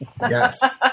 Yes